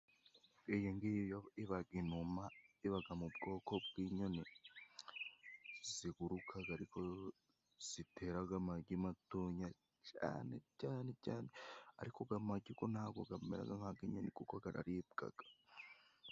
Iyingiyi yo ibaga inuma ibaga mu bwoko bw'inyoni ziguruka ariko ziteraga amagi matoya cyane cyane ariko agamagi go ntabwo gameraga nk'ag'inyoni kuko garari bwaga.